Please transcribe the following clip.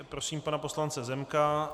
Prosím pana poslance Zemka.